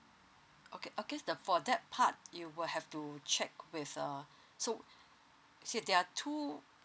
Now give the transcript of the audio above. okay I guess the for that part you will have to check with uh so see there are two